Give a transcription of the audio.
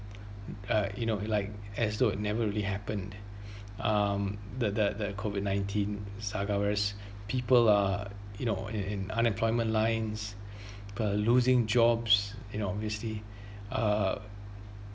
uh you know it like as though it never really happened um the the the COVID nineteen saga whereas people are you know in in unemployment lines per losing jobs you know obviously uh